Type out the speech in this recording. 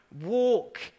walk